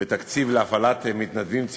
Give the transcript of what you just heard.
בתקציב להפעלת מתנדבים צעירים,